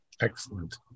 Excellent